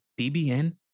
BBN